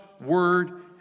word